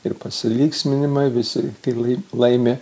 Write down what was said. ir pasilinksminimai visi tyli laimė